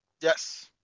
Yes